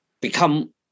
become